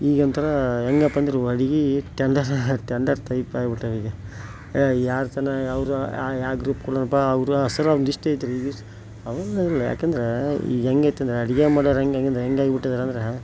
ಈಗೊಂಥರಾ ಹೇಗಪ್ಪಾ ಅಂದ್ರೆ ಅಡುಗೆ ಟೆಂಡರ್ ಟೆಂಡರ್ ಟೈಪ್ ಆಗಿಬಿಟ್ಟವೀಗ ಯಾರು ಚೆನ್ನಾಗ್ ಅವ್ರ ಯಾ ಗ್ರೂಪ್ ಕೊಡೋಣಪ್ಪಾ ಅವರಾ ಅಸಲಾ ಇಷ್ಟೈತಿ ರೀ ರಿವ್ಯೂಸ್ ಅವನ್ನೆಲ್ಲ ಯಾಕಂದ್ರೆ ಈಗ ಹೆಂಗೈತಿ ಅಂದರೆ ಅಡುಗೆ ಮಾಡೋರು ಹೆಂಗಾಗ್ಯಾದ ಹೆಂಗಾಗ್ಬಿಟ್ಟಾರಂದ್ರೆ